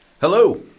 Hello